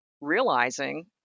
realizing